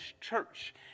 church